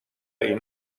این